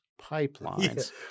pipelines